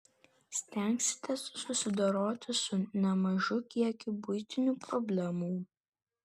stengsitės susidoroti su nemažu kiekiu buitinių problemų